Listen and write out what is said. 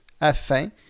afin